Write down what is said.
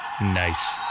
Nice